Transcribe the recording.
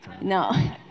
No